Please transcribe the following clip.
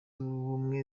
y’ubumwe